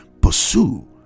Pursue